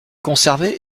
conserver